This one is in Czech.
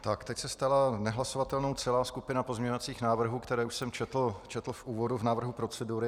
Teď se stala nehlasovatelnou celá skupina pozměňovacích návrhů, které už jsem četl v úvodu, v návrhu procedury.